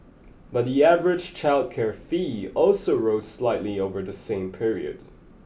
but the average childcare fee also rose slightly over the same period